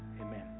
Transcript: amen